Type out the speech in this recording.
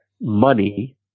money